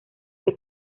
que